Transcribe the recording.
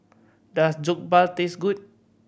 does Jokbal taste good